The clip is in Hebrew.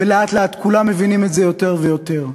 ולאט-לאט כולם מבינים את זה יותר ויותר.